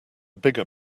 bigger